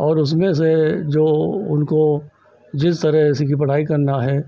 और उसमें से जो उनको जिस तरह जैसे कि पढ़ाई करनी है